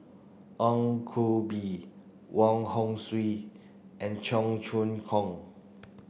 Ong Koh Bee Wong Hong Suen and Cheong Choong Kong